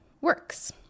works